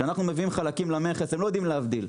כשאנחנו מביאים חלקים למכס הם לא יודעים להבדיל,